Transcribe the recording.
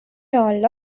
role